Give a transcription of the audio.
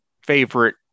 favorite